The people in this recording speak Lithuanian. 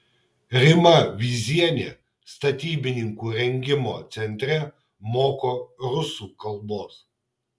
rima vyzienė statybininkų rengimo centre moko rusų kalbos